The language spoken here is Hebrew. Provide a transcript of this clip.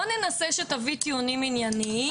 בוא ננסה שתביא טיעונים ענייניים,